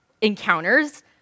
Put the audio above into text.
encounters